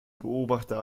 beobachter